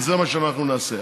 וזה מה שאנחנו נעשה.